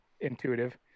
Intuitive